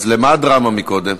אז לְמה הדרמה מקודם?